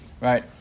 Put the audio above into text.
right